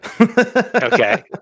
Okay